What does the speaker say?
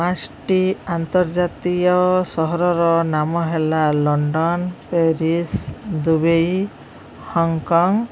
ପାଞ୍ଚୋଟି ଆନ୍ତର୍ଜାତୀୟ ସହରର ନାମ ହେଲା ଲଣ୍ଡନ ପ୍ୟାରିସ୍ ଦୁବାଇ ହଂକଂ